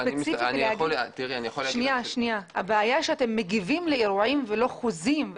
הבעיה היא שאתם מגיבים לאירועים ולא חוזים.